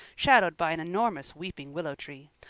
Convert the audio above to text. shadowed by an enormous weeping willow tree.